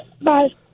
Bye